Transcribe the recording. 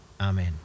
amen